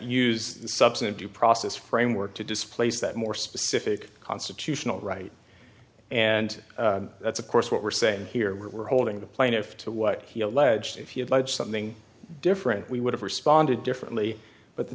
the substantive due process framework to displace that more specific constitutional right and that's of course what we're saying here we were holding the plaintiff to what he alleged if you had something different we would have responded differently but the